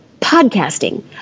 podcasting